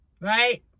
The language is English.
right